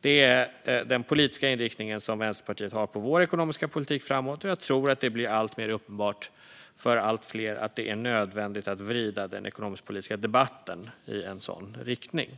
Det är den politiska inriktning som vi i Vänsterpartiet har på vår ekonomiska politik framåt, och jag tror att det blir alltmer uppenbart för allt fler att det är nödvändigt att vrida den ekonomipolitiska debatten i en sådan riktning.